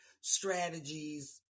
strategies